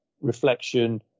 reflection